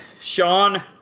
Sean